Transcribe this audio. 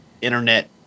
internet